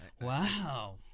Wow